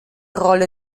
rolle